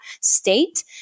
state